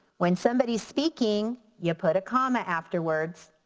when somebody's speaking you put a comma afterwards.